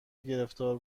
گرفتار